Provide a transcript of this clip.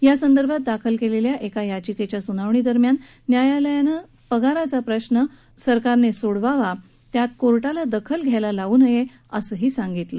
या संदर्भात दाखल केलेल्या एका याचिकेच्या सुनावणीदरम्यान न्यायालयानं पगाराचा प्रश्न सरकारनं सोडवावा त्यात कोर्टीला दखल घ्यायला लावू नये असंही सांगितलं